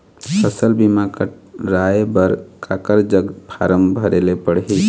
फसल बीमा कराए बर काकर जग फारम भरेले पड़ही?